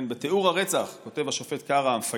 בתיאור הרצח כותב השופט קרא: "המפגע"